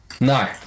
No